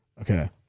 Okay